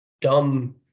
dumb